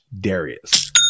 Darius